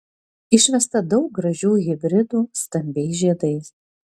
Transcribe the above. išvesta daug gražių hibridų stambiais žiedais